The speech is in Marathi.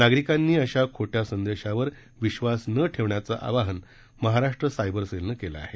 नागरिकांनी अशा खोट्या संदेशावर विक्वास न ठेवण्याचे आवाहन महाराष्ट्र सायबर सेलने केले आहे